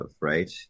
right